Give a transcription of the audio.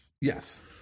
Yes